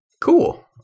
Cool